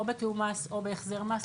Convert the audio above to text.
או בתיאום מס או בהחזר מס,